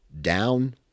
down